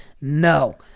no